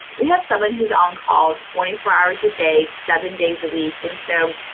we have someone who's on-call twenty four hours ah day, seven days a week. and so,